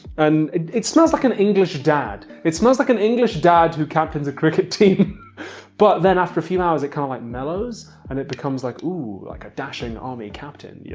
and it it smells like an english dad! it smells like an english dad who captains a cricket team but then after a few hours it kind of like mellows and it becomes like ooh, like a dashing army captain, you